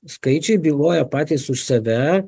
skaičiai byloja patys už save